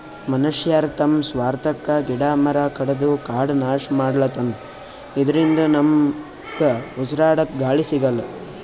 ಮನಶ್ಯಾರ್ ತಮ್ಮ್ ಸ್ವಾರ್ಥಕ್ಕಾ ಗಿಡ ಮರ ಕಡದು ಕಾಡ್ ನಾಶ್ ಮಾಡ್ಲತನ್ ಇದರಿಂದ ನಮ್ಗ್ ಉಸ್ರಾಡಕ್ಕ್ ಗಾಳಿ ಸಿಗಲ್ಲ್